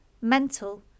mental